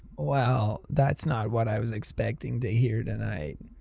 well that's not what i was expecting to hear tonight.